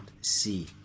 see